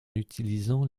utilisant